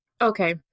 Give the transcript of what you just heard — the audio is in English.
Okay